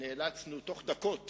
נאלצנו תוך דקות